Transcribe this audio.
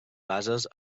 bases